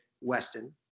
Weston